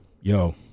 yo